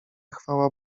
chwała